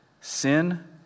sin